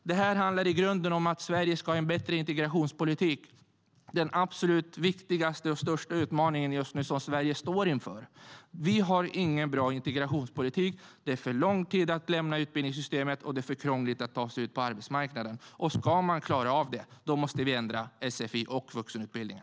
Jo, det handlar i grunden om att Sverige ska ha en bättre integrationspolitik, den absolut viktigaste och största utmaningen som Sverige just nu står inför. Vi har ingen bra integrationspolitik. Det tar för lång tid att lämna utbildningssystemet, och det är för krångligt att ta sig ut på arbetsmarknaden. Ska man klara av det måste vi ändra sfi och vuxenutbildningen.